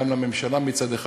גם לממשלה מצד אחד,